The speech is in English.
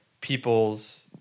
people's